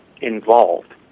involved